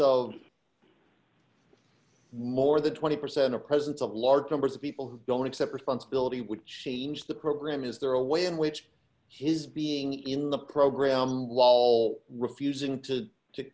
of more than twenty percent of presence of large numbers of people who don't accept responsibility would change the program is there a way in which his being in the program wall refusing to